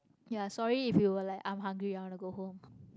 ya sorry if you were like I'm hungry I want to go home